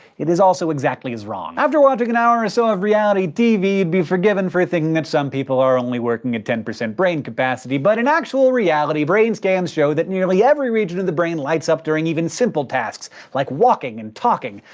it is also exactly as wrong. after watching an hour or so of reality tv, you'd be forgiven for thinking that some people are only working at ten percent brain capacity. but in actual reality, brain scans show that nearly every region of the brain lights up during even simple tasks like walking and talking.